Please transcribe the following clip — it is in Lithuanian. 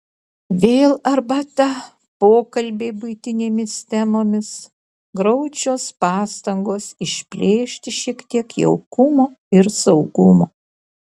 vėl arbata pokalbiai buitinėmis temomis graudžios pastangos išplėšti šiek tiek jaukumo ir saugumo